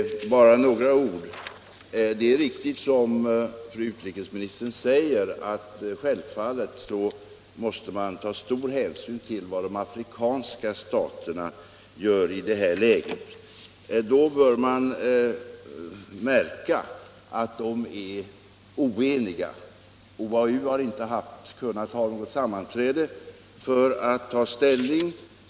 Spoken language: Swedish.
Herr talman! Jag skall fatta mig kort. Det är riktigt som fru utrikesministern säger, att självfallet måste man ta stor hänsyn till vad de afrikanska staterna gör i det här läget. Man bör då notera att de är oeniga. OAU har inte kunnat få till stånd något sammanträde för att ta ställning.